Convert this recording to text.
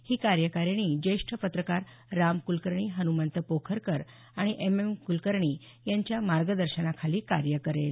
ही कार्यकारणी ज्येष्ठ पत्रकार राम कुलकर्णी हनुमंत पोखरकर आणि एम एम कुलकर्णी यांच्या मार्गदर्शनाखाली कार्य करेल